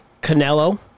Canelo